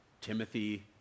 Timothy